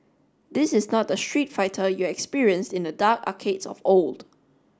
this is not the Street Fighter you experienced in the dark arcades of old